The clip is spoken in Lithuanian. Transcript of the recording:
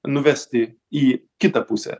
nuvesti į kitą pusę